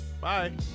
Bye